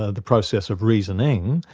ah the process of reasoning,